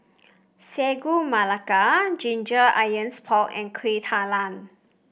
Sagu Melaka Ginger Onions Pork and Kueh Talam